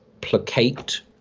Placate